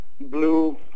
blue